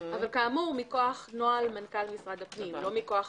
אבל כאמור לא מכוח חקיקה.